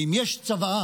ואם יש צוואה,